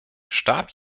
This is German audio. starb